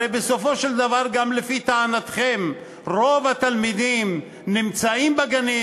הרי בסופו של דבר גם לפי טענתכם רוב התלמידים נמצאים בגנים.